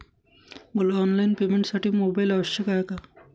मला ऑनलाईन पेमेंटसाठी मोबाईल आवश्यक आहे का?